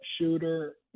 shooter